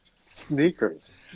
Sneakers